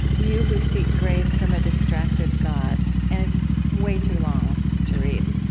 you who seek grace from a distracted god. and it's way too long to read.